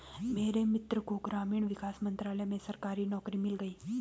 मेरे मित्र को ग्रामीण विकास मंत्रालय में सरकारी नौकरी मिल गई